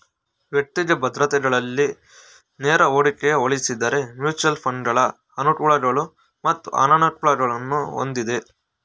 ವೈಯಕ್ತಿಕ ಭದ್ರತೆಗಳಲ್ಲಿ ನೇರ ಹೂಡಿಕೆಗೆ ಹೋಲಿಸುದ್ರೆ ಮ್ಯೂಚುಯಲ್ ಫಂಡ್ಗಳ ಅನುಕೂಲಗಳು ಮತ್ತು ಅನಾನುಕೂಲಗಳನ್ನು ಹೊಂದಿದೆ